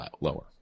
lower